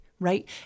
right